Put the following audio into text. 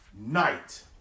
night